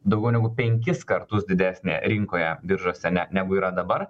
daugiau negu penkis kartus didesnė rinkoje biržose ne negu yra dabar